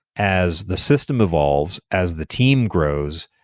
as the system evolves, as the team grows,